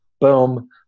boom